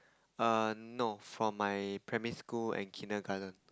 err no from my primary school and kindergarten